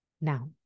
Now